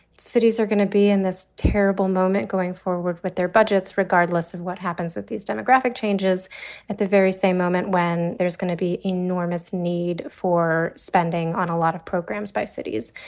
cities are going to be in this terrible moment going forward with their budgets, regardless of what happens with these demographic changes at the very same moment when there's going to be enormous need for spending on a lot of programs by cities.